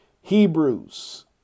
Hebrews